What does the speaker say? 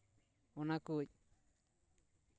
ᱚᱱᱟ ᱠᱚ